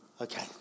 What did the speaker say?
Okay